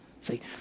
See